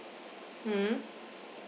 mm